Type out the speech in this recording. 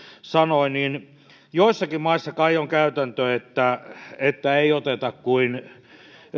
sanoi niin joissakin maissa kai on käytäntö että että ei oteta kuin